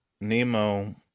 Nemo